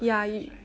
ya